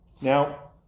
Now